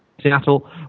Seattle